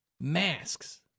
Masks